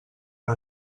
per